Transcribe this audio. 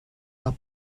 are